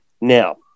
Now